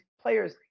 players